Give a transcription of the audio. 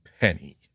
penny